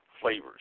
flavors